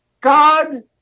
God